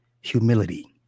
humility